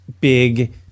big